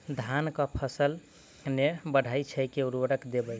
धान कऽ फसल नै बढ़य छै केँ उर्वरक देबै?